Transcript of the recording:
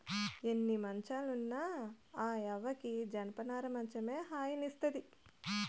ఎన్ని మంచాలు ఉన్న ఆ యవ్వకి జనపనార మంచమే హాయినిస్తాది